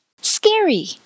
scary